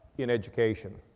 in education.